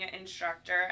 instructor